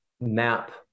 map